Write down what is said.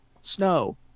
snow